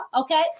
Okay